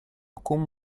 con